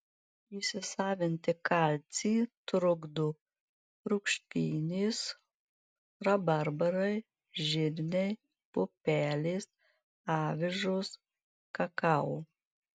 įsisavinti kalcį trukdo rūgštynės rabarbarai žirniai pupelės avižos kakao